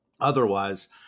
otherwise